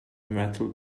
metal